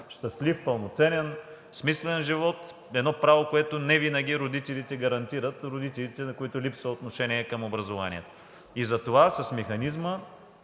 щастлив, пълноценен, смислен живот – едно право, което родителите невинаги гарантират, родителите, на които липсва отношение към образованието. Затова с механизма